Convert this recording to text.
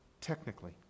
technically